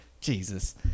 Jesus